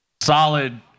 solid